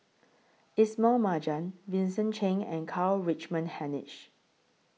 Ismail Marjan Vincent Cheng and Karl Rich men Hanitsch